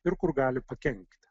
ir kur gali pakenkti